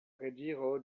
rediro